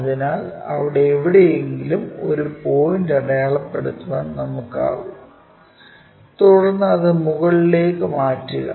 അതിനാൽ അവിടെ എവിടെയെങ്കിലും ഒരു പോയിന്റ് അടയാളപ്പെടുത്താൻ നമുക്കാകും തുടർന്ന് അത് മുകളിലേക്ക് മാറ്റുക